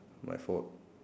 my fault